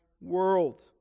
world